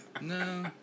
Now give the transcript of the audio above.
no